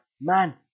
man